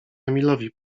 emilowi